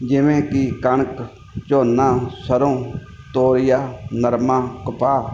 ਜਿਵੇਂ ਕਿ ਕਣਕ ਝੋਨਾ ਸਰ੍ਹੋਂ ਤੋਰੀਆਂ ਨਰਮਾ ਕਪਾਹ